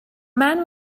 man